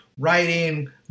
writing